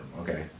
okay